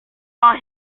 saw